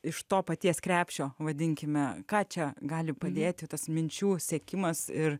iš to paties krepšio vadinkime ką čia gali padėti tas minčių sekimas ir